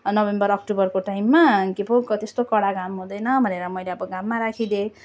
November अक्टोबरको टाइममा के पो क त्यस्तो कडा घाम हुँदैन भनेर मैले अब घाममा राखिदिएँ